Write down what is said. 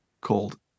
called